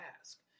ask